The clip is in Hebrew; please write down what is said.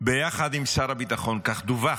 ביחד עם שר הביטחון, כך דווח,